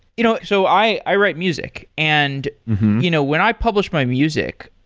you know so, i i write music, and you know when i publish my music,